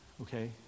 okay